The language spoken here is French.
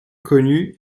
connus